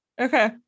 Okay